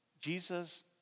Jesus